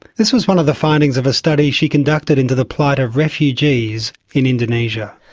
this was one of the findings of a study she conducted into the plight of refugees in indonesia.